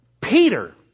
Peter